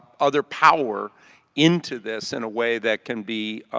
other power into this in a way that can be,